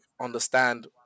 understand